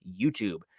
YouTube